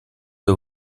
для